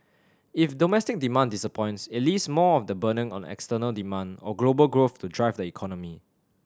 if domestic demand disappoints it leaves more of the burden on external demand or global growth to drive the economy